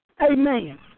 Amen